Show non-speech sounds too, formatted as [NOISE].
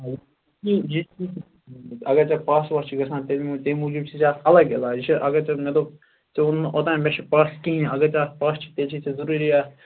[UNINTELLIGIBLE] اَگر ژےٚ پَس وَس چھُی گَژھان تمہِ تمہِ موٗجوٗب چھُی ژےٚ اَتھ اَلگ علاج یہِ چھےٚ اَگر ژےٚ مےٚ دوٚپ ژے وونُتھ نہٕ اوتانۍ مےٚ چھُہٕ پَس کِہیٖنۍ اگر ژےٚ اَتھ پَس چھُی تیلہِ چھی ژےٚ ضروٗری اَتھ